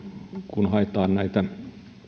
kun haetaan